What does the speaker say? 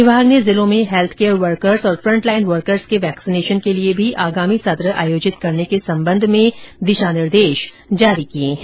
विभाग ने जिलों में हैल्थ केयर वर्कर्स और फंट लाइन वर्कर्स के वैक्सीनेशन के लिए भी आगामी सत्र आयोजित करने के संबंध में दिशा निर्देश जारी किए हैं